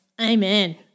Amen